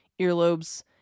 earlobes